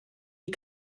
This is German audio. die